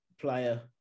player